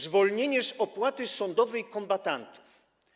Zwolnienie z opłaty sądowej kombatantów.